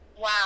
Wow